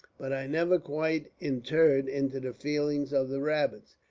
but i never quite intered into the feelings of the rabbits.